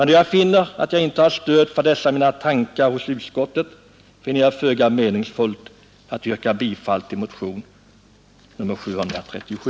Då jag finner att jag inte har stöd för dessa mina tankar hos utskottet, finner jag det föga meningsfullt att yrka bifall till motionen 137.